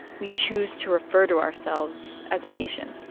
we choose to refer to ourselves as a nation